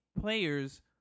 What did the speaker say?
players